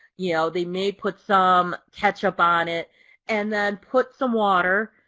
you know they may put some ketchup on it and then put some water.